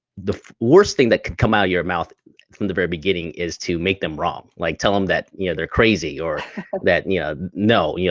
the worst thing that can come out your mouth from the very beginning is to make them wrong. like tell them that you know they're crazy or that yeah no, yeah